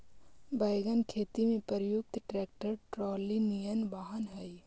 wagon खेती में प्रयुक्त ट्रैक्टर ट्रॉली निअन वाहन हई